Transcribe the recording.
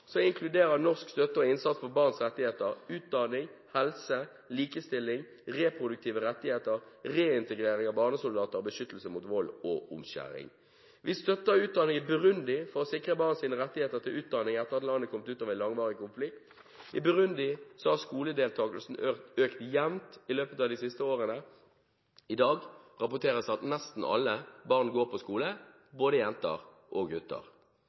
inkluderer norsk støtte og innsats for barns rettigheter utdanning, helse, likestilling, reproduktive rettigheter, reintegrering av barnesoldater og beskyttelse mot vold og omskjæring. Vi støtter utdanning i Burundi for å sikre barns rettigheter til utdanning etter at landet har kommet ut av en langvarig konflikt. I Burundi har skoledeltakelsen økt jevnt i løpet av de siste årene. I dag rapporteres det om at nesten alle barn går på skole, både jenter og gutter.